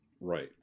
Right